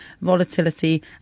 volatility